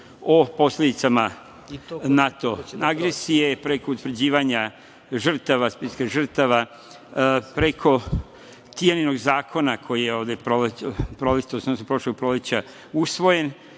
o posledicama NATO agresije, preko utvrđivanja žrtava, preko Tijaninog zakona koji je ovde proletos, odnosno prošlog proleća usvojen